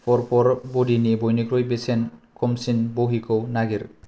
four फर बडिनि बयनिख्रुइ बेसेन खमसिन बहिखौ नागिर